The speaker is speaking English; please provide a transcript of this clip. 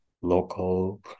local